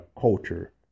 culture